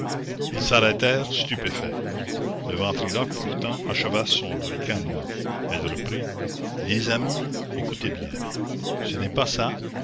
ils s'arrêtèrent stupéfaits le ventriloque pourtant acheva son ricanement elle reprit les amis écoutez bien ce n'est pas ça